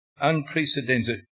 unprecedented